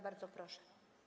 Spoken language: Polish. Bardzo proszę.